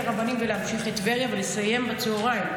הרבנים ולהמשיך לטבריה ולסיים בצוהריים.